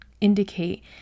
indicate